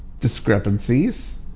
discrepancies